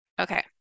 Okay